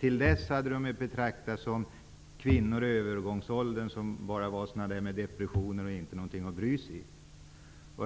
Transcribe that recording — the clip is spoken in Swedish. till dess hade dessa människor betraktats på samma sätt som kvinnor i övergångsåldern, med depressioner som det inte var något att bry sig om.